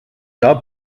jahr